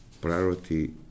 priority